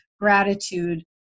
gratitude